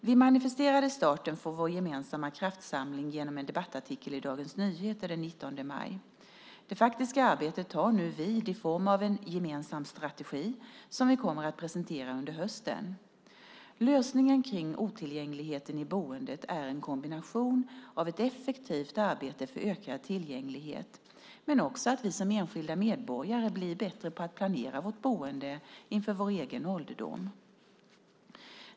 Vi manifesterade starten för vår gemensamma kraftsamling genom en debattartikel i Dagens Nyheter den 19 maj. Det faktiska arbetet tar nu vid i form av en gemensam strategi som vi kommer att presentera under hösten. Lösningen kring otillgängligheten i boendet är en kombination av ett effektivt arbete för ökad tillgänglighet men också att vi som enskilda medborgare blir bättre på att planera vårt boende inför vår egen ålderdom.